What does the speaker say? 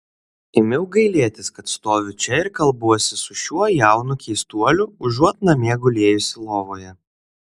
ėmiau gailėtis kad stoviu čia ir kalbuosi su šiuo jaunu keistuoliu užuot namie gulėjusi lovoje